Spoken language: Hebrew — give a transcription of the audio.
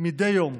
מדי יום.